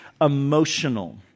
emotional